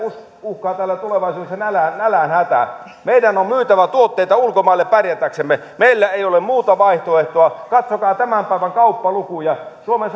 uhkaa täällä tulevaisuudessa nälänhätä nälänhätä meidän on myytävä tuotteita ulkomaille pärjätäksemme meillä ei ole muuta vaihtoehtoa katsokaa tämän päivän kauppalukuja suomen